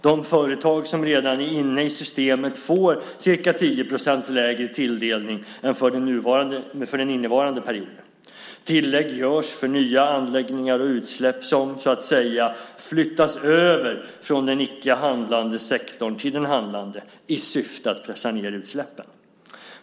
De företag som redan är inne i systemet får ca 10 % lägre tilldelning än för den nu innevarande perioden. Tillägg görs för nya anläggningar och utsläpp som, så att säga, flyttas över från den icke handlande sektorn till den handlande, i syfte att pressa ned utsläppen.